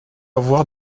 avoir